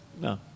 No